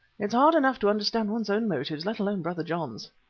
it's hard enough to understand one's own motives, let alone brother john's.